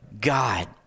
God